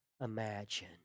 imagine